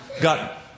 got